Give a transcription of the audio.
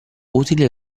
utile